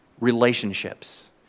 relationships